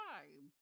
time